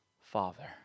father